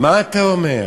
מה אתה אומר?